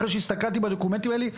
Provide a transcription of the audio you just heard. אחרי שהסתכלתי בדוקומנטים האלה,